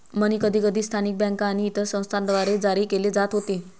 मनी कधीकधी स्थानिक बँका आणि इतर संस्थांद्वारे जारी केले जात होते